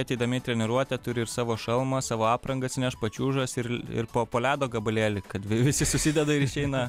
ateidami į treniruotę turi ir savo šalmą savo aprangą atsinešt pačiūžas ir ir po po ledo gabalėlį kad visi susideda ir išeina